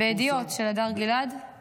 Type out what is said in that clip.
של הדר גלעד, בידיעות?